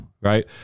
right